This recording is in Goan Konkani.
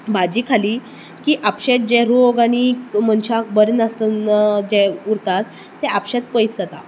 भाजी खाली की आपशेच जे रोग आनी मनशाक बरे नासतना जे उरतात ते आपशेच पयस जाता